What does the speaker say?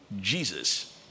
Jesus